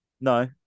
No